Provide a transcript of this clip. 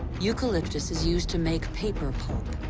eucalyptus is used to make paper pulp.